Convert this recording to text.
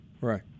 right